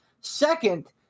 second